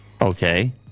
Okay